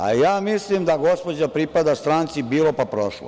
A, ja mislim da gospođa pripada stranci bilo pa prošlo.